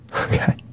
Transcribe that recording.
Okay